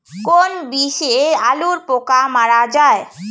কোন বিষে আলুর পোকা মারা যায়?